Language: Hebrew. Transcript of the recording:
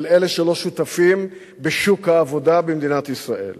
של אלה שלא שותפים בשוק העבודה במדינת ישראל?